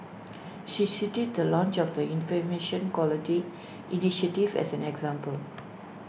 she cited the launch of the Information Quality initiative as an example